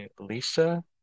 Lisa